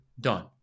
done